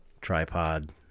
tripod